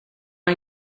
hay